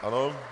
Ano.